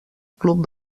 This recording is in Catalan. club